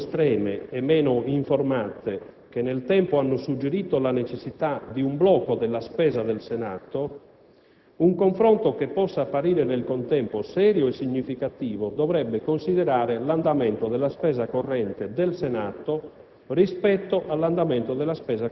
al di là delle opinioni più estreme e meno informate che nel tempo hanno suggerito la necessità di un blocco della spesa del Senato, un confronto che possa apparire nel contempo serio e significativo dovrebbe considerare l'andamento della spesa corrente del Senato